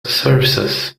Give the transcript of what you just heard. services